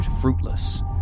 fruitless